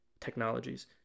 technologies